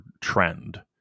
trend